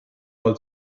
mal